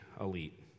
elite